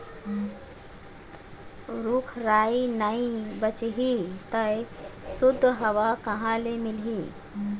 रूख राई नइ बाचही त सुद्ध हवा कहाँ ले मिलही